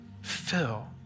fill